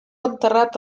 enterrat